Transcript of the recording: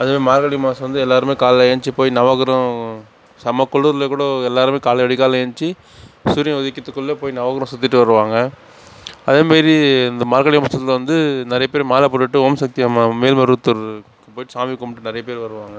அதுவே மார்கழி மாதம் வந்து எல்லாருமே காலைல எழுஞ்துச்சு போய் நவக்கிரகம் செம்மக் குளிரில் கூட எல்லாருமே காலைல விடிய காலைல எழுஞ்ச்சு சூரியன் உதிக்குறதுக்குள்ள போய் நவக்கிரகம் சுற்றிட்டு வருவாங்க அதே மாரி இந்த மார்கழி மாதத்துல வந்து நிறைய பேர் மாலை போட்டுகிட்டு ஓம்சக்தி அம்மா மேல்மருவத்தூருக்கு போயிட்டு சாமி கும்பிட்டு நிறைய பேர் வருவாங்க